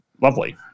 lovely